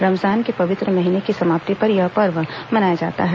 रमजान के पवित्र महीने की समाप्ति पर यह पर्व मनाया जाता है